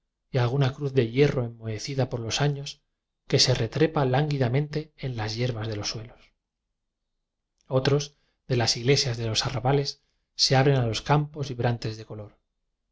y alguna cruz de hierro enmohecida por los años que se retrepa lánguidamente en la yerbas de los suelos otros de las iglesias de los arrabales se abren a los campos vibrantes de